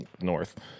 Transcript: north